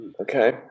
Okay